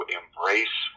embrace